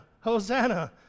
Hosanna